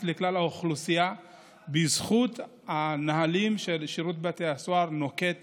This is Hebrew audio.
לכלל האוכלוסייה בזכות הנהלים ששירות בתי הסוהר נוקט